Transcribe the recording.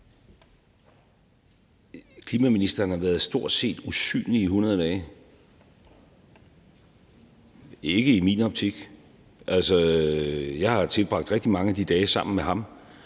Klimaministeren har været stort set usynlig i 100 dage – ikke i min optik. Altså, jeg har tilbragt rigtig mange af de dage sammen med ham,